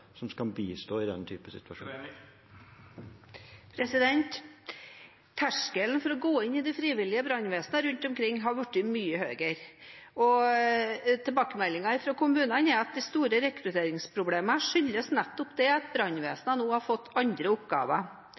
som kan bistå i denne typen situasjoner. Terskelen for å gå inn i de frivillige brannvesen rundt omkring har blitt mye høyere. Tilbakemeldingen fra kommunene er at de store rekrutteringsproblemene skyldes nettopp det at brannvesenet har fått andre oppgaver.